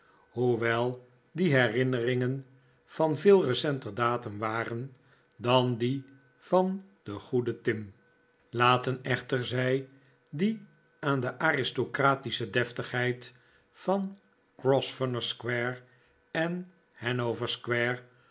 hoewel die herinneringen van veel recenter datum waren dan die van den goeden tim laten echter zij die aan de aristocratische deftigheid van grosvenor square en